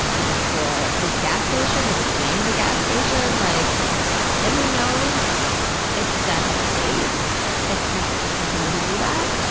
if it's this gas station, it will be the name of the gas station. like and, who knows if that has stayed if my sister has continued to do that.